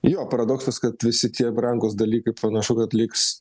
jo paradoksas kad visi tie brangūs dalykai panašu kad liks